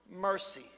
mercy